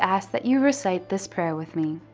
ask that you recite this prayer with me.